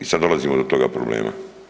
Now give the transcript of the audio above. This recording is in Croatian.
I sad dolazimo do toga problema.